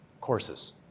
courses